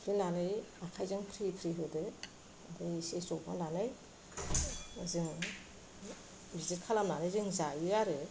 सिफ्लनानै आखाइजों फ्रि फ्रि होदो ओमफ्राय इसे जबहोनानै जों बिदि खालामनानै जों जायो आरो